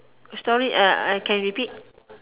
sorry uh can repeat